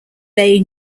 bay